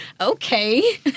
Okay